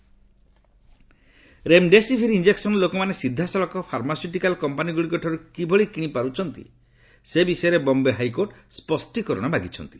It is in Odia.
ରେମ୍ଡେସିଭିର୍ ରେମ୍ଡେସିଭିର୍ ଇଞ୍ଜକସନ୍ ଲୋକମାନେ ସିଧାସଳଖ ଫାର୍ମାସ୍ୱିଟିକାଲ୍ କମ୍ପାନୀ ଗୁଡ଼ିକ ଠାରୁ କିଭଳି କିଣି ପାରୁଛନ୍ତି ସେ ବିଷୟରେ ବମ୍ବେ ହାଇକୋର୍ଟ ସ୍କଷ୍ଟିକରଣ ମାଗିଛନ୍ତି